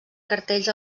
cartells